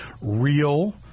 real